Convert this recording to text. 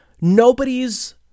nobody's